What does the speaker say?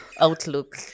Outlook